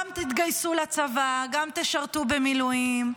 גם תתגייסו לצבא, גם תשרתו במילואים,